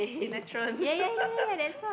sinetron